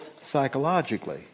psychologically